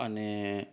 अने